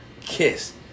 Kiss